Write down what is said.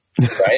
right